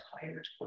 tired